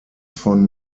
von